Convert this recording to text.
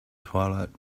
twilight